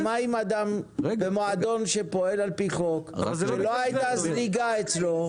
אבל מה עם אדם במועדון שפועל על-פי חוק שלא היתה זליגה אצלו.